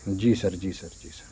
جی sir جی sir جی سر